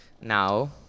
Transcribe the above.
now